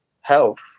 health